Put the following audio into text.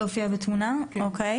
ככה.